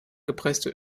gepresste